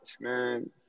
man